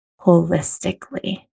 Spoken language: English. holistically